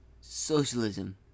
socialism